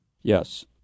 Yes